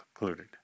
included